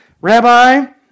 Rabbi